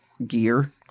gear